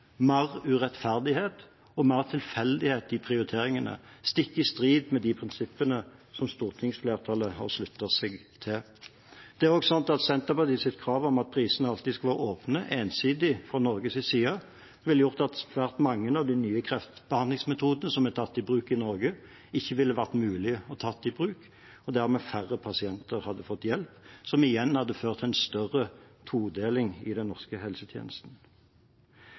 mer urettferdighet og mer tilfeldighet i prioriteringene – stikk i strid med de prinsippene som stortingsflertallet har sluttet seg til. Senterpartiets krav om at prisene alltid skal være åpne ensidig fra Norges side, ville gjort at svært mange av de nye kreftbehandlingsmetodene som er tatt i bruk i Norge, ikke ville vært mulige å ta i bruk. Dermed ville færre pasienter fått hjelp, noe som igjen hadde ført til en større todeling i den norske helsetjenesten.